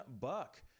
buck